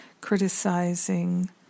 criticizing